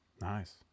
Nice